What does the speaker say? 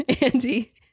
Andy